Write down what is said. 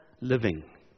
living